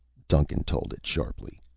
duncan told it sharply.